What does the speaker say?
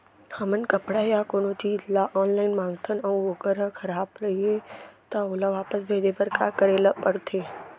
हमन कपड़ा या कोनो चीज ल ऑनलाइन मँगाथन अऊ वोकर ह खराब रहिये ता ओला वापस भेजे बर का करे ल पढ़थे?